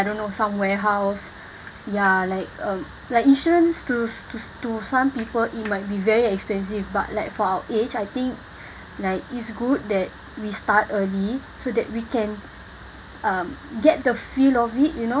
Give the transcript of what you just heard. I don't know some warehouse ya like uh like insurance to to to some people it might be very expensive but like for our age I think like it's good that we start early so that we can um get the feel of it you know